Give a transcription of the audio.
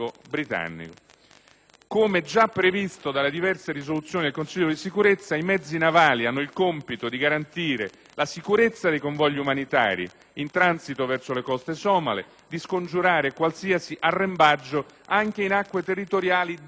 Come già previsto dalle diverse risoluzioni del Consiglio di sicurezza, i mezzi navali hanno il compito di garantire la sicurezza dei convogli umanitari in transito verso le coste somale e di scongiurare qualsiasi arrembaggio anche in acque territoriali della Somalia.